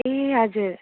ए हजुर